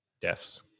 deaths